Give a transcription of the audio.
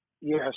Yes